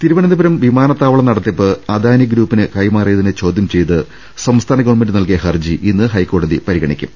തിരുവനന്തപുരം വിമാനത്താവള നടത്തിപ്പ് അദാനി ഗ്രൂപ്പിന് കൈമാ റിയതിനെ ചോദ്യംചെയ്ത് സംസ്ഥാന ഗവൺമെന്റ് നൽകിയ ഹർജി ഇന്ന് ഹൈക്കോടതി പരിഗണിക്കും